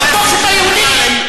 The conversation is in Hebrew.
בטוח שאתה יהודי?